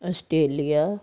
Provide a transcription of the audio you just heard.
Australia